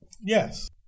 Yes